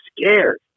scared